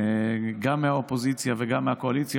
גם מהאופוזיציה וגם מהקואליציה,